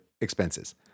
expenses